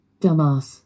Dumbass